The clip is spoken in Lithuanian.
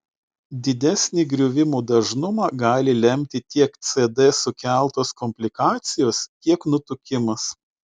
didesnį griuvimų dažnumą gali lemti tiek cd sukeltos komplikacijos tiek nutukimas